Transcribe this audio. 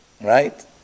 right